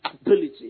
ability